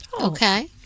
Okay